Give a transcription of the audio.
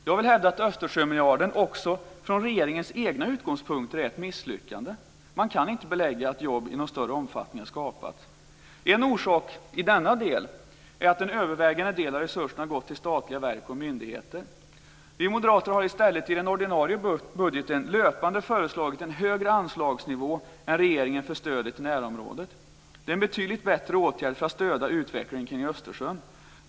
Jag vill hävda att Östersjömiljarden också från regeringens egna utgångspunkter är ett misslyckande. Man kan inte belägga att jobb i någon större omfattning har skapats. En orsak till det är att den övervägande delen av resurserna har gått till statliga verk och myndigheter. Vi moderater har i stället i den ordinarie budgeten löpande föreslagit en högre anslagsnivå än regeringen för stödet i närområdet. Det är en betydligt bättre åtgärd för att stödja utvecklingen kring Östersjön.